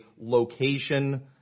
location